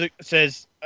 says